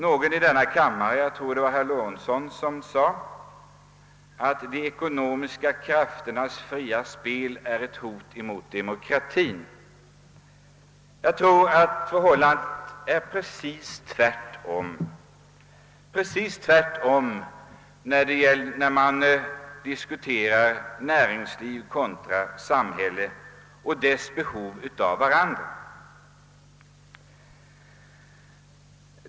Någon i denna kammare — jag tror att det var herr Lorentzon — sade att de ekonomiska krafternas fria spel utgör ett hot mot demokratien. Jag tror att förhållandet är precis tvärtom när det gäller näringslivet kontra samhället och deras behov av varandra.